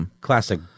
Classic